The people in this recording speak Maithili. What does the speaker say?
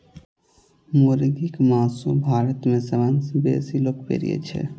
मुर्गीक मासु भारत मे सबसं बेसी लोकप्रिय छै